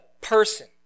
person